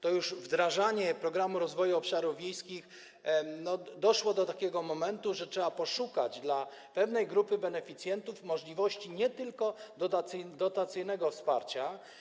Przy wdrażaniu Programu Rozwoju Obszarów Wiejskich doszliśmy już do takiego momentu, że trzeba poszukać dla pewnej grupy beneficjentów możliwości nie tylko dotacyjnego wsparcia.